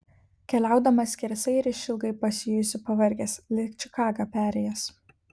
keliaudamas skersai ir išilgai pasijusi pavargęs lyg čikagą perėjęs